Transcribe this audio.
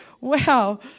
wow